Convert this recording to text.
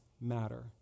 matter